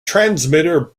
transmitter